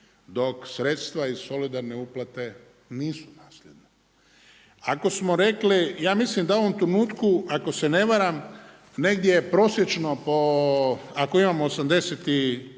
dok sredstva iz solidarne uplate nisu nasljedna. Ako smo rekli, ja mislim da u ovom trenutku ako se varam, negdje prosječno po, ako imamo 84